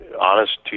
honest